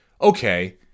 okay